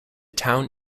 town